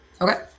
Okay